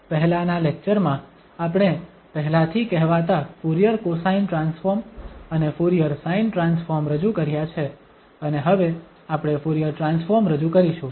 પહેલાનાં લેક્ચરમાં આપણે પહેલાથી કહેવાતા ફુરીયર કોસાઇન ટ્રાન્સફોર્મ અને ફુરીયર સાઇન ટ્રાન્સફોર્મ રજૂ કર્યા છે અને હવે આપણે ફુરીયર ટ્રાન્સફોર્મ રજૂ કરીશું